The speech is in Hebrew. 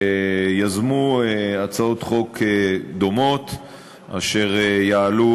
שיזמו הצעות חוק דומות אשר יעלו.